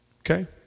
okay